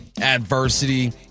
adversity